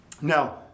Now